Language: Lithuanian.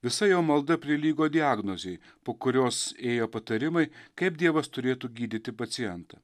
visa jo malda prilygo diagnozei po kurios ėjo patarimai kaip dievas turėtų gydyti pacientą